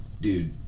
dude